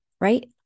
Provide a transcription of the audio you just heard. right